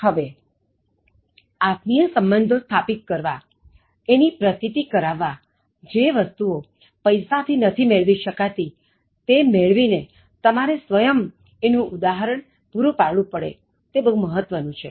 હવે આત્મીય સંબંધો સ્થાપિત કરવા એની પ્રતીતિ કરાવવા જે વસ્તુઓ પૈસા થી નથી મેળવી શકાતી તે મેળવી ને તમારે સ્વયં ઉદાહરણ પૂરું પાડવું પડે તે મહત્ત્વનું છે